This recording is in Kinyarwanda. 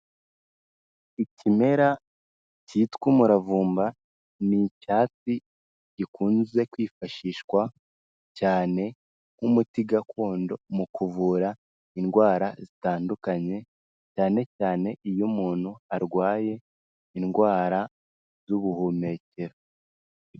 Ikimera cyitwa umuravumba ni icyatsi gikunze kwifashishwa cyane nk'umuti gakondo mu kuvura indwara zitandukanye, cyane cyane iyo umuntu arwaye indwara z'ubuhumekero.